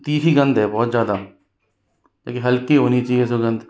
तीखी गंद है बोहोत ज़्यादा लेकिन हल्की होनी चाहिए सुगंध